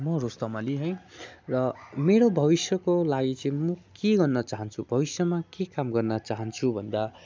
म रुस्तम अली है र मेरो भविष्यको लागि चाहिँ म के गर्न चाहन्छु भविष्यमा के काम गर्न चाहन्छु भन्दा